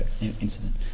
incident